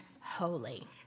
holy